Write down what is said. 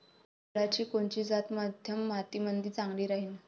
केळाची कोनची जात मध्यम मातीमंदी चांगली राहिन?